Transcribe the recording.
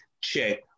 check